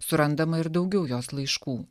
surandama ir daugiau jos laiškų